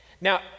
Now